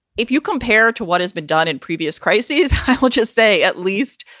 if you compare to what has been done in previous crises, i will just say at least,